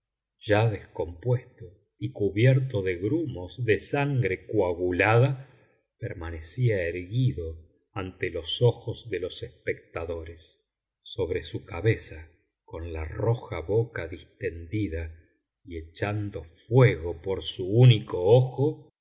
ya descompuesto y cubierto de grumos de sangre coagulada permanecía erguido ante los ojos de los espectadores sobre su cabeza con la roja boca distendida y echando fuego por su único ojo